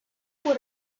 fue